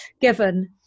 given